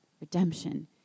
redemption